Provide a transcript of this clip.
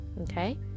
okay